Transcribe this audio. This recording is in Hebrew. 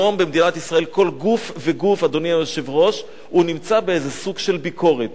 היום במדינת ישראל כל גוף וגוף נמצא בסוג של ביקורת.